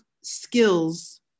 skills